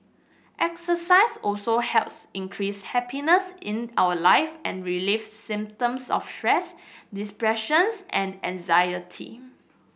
exercise also helps increase happiness in our life and relieve symptoms of stress depressions and anxiety